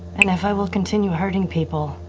and if i will continue hurting people.